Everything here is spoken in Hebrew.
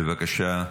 בבקשה,